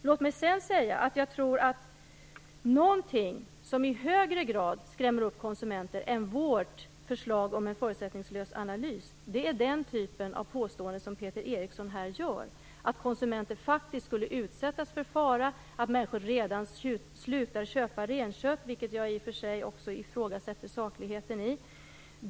Låt mig också säga att jag tror att konsumenterna i högre grad skräms upp av den typ av påståenden som Peter Eriksson gör än av vårt förslag om en förutsättningslös analys. Peter Eriksson säger att konsumenter faktiskt skulle utsättas för fara och att människor redan har slutat köpa renkött - ett påstående som jag i och för sig ifrågasätter sakligheten i.